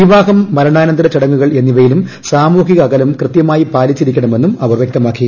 വിവാഹം മരണാനന്തര ചടങ്ങുകൾ എന്നിവയിലും സാമൂഹിക അകലം കൃതൃമായി പാലിച്ചിരിക്കണമെന്നും അവർ വൃക്തമാക്കി